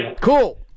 Cool